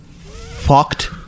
fucked